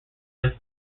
than